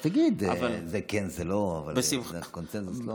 אז תגיד: זה כן, זה לא, אבל קונסנזוס לא.